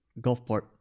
Gulfport